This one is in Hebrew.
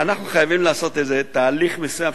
אנחנו חייבים לעשות איזה תהליך מסוים,